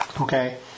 okay